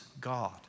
God